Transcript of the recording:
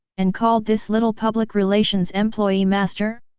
and called this little public relations employee master?